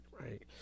right